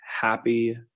Happy